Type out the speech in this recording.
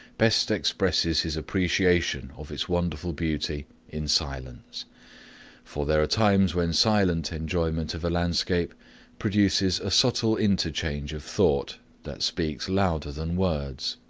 best expresses his appreciation of its wonderful beauty in silence for there are times when silent enjoyment of a landscape produces a subtle interchange of thought that speaks louder than words.